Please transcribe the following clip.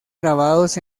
grabados